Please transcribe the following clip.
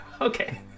Okay